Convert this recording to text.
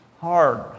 Hard